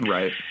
Right